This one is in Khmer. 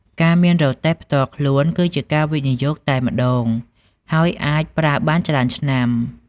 ការមានរទេះផ្ទាល់ខ្លួន គឺជាការវិនិយោគតែម្តង ហើយអាចប្រើបានច្រើនឆ្នាំ។